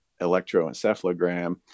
electroencephalogram